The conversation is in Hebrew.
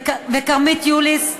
וכרמית יוליס,